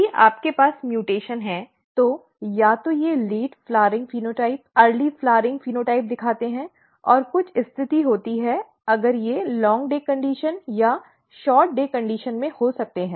यदि आपके पास म्यूटेशन है तो या ये लेट फ़्लाउरइंग फेनोटाइप जल्दी फ़्लाउरइंग फेनोटाइप दिखाते हैं और कुछ स्थिति होती है अगर ये लंबे दिन की स्थिति या कम दिन की स्थिति में हो सकते हैं